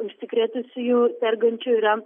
užsikrėtusiųjų sergančių yra